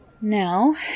Now